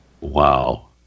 Wow